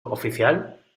oficial